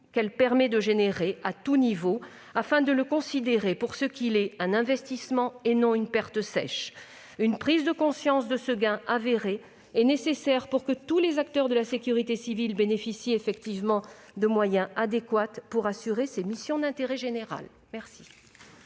qu'elle permet de réaliser, à tout niveau, afin de considérer ce coût pour ce qu'il est : un investissement et non une perte sèche. Une prise de conscience de ce gain réel est nécessaire, pour que tous les acteurs de la sécurité civile bénéficient de moyens adéquats afin d'assurer leurs missions d'intérêt général. Mes